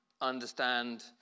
understand